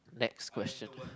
next question